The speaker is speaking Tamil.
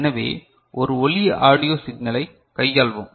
எனவே ஒரு ஒலி ஆடியோ சிக்னலை கையாள்வோம்